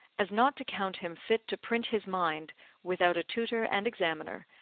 as not to count him fit to print his mind without a tutor and examiner,